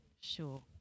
sure